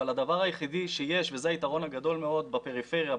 אבל הדבר היחיד שיש וזה היתרון הגדול מאוד בפריפריה,